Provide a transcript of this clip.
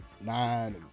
nine